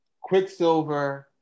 Quicksilver